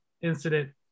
incident